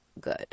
good